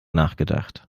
nachgedacht